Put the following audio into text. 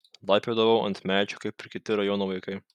laipiodavau ant medžių kaip ir kiti rajono vaikai